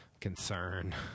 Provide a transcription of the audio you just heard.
concern